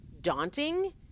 daunting